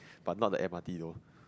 but not the M_R_T though